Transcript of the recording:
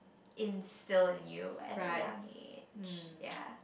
instill in you at a young age ya